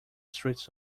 streets